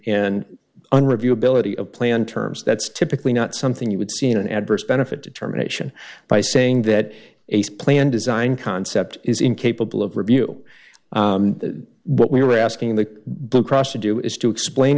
an review ability of plan terms that's typically not something you would see in an adverse benefit determination by saying that ace plan design concept is incapable of review what we were asking the blue cross to do is to explain